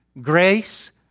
Grace